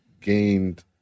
gained